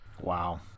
Wow